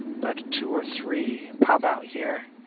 but two or three pop out here,